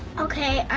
okay,